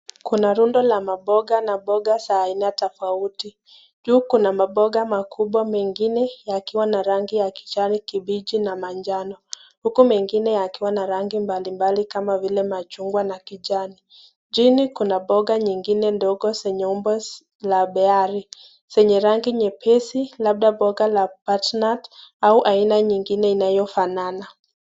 Kuna runda la maboga na maboga za aina tofauti kuna maboga makubwa mengine yakiwa na rangi ya kijani kibichi na manjano huku mengine yakiwa na rangi mbalimbali kama vile machungwa na kijani, chini kuna boga nyingine ndogo zenye umbo la beari zenye rangi nyepesi ya platnat au nyingine inayofanana.